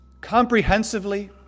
comprehensively